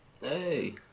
Hey